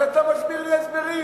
אז אתה מסביר לי הסברים.